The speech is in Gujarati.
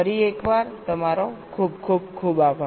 ફરી એકવાર તમારો ખૂબ ખૂબ આભાર